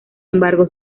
embargo